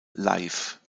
live